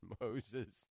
Moses